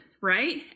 right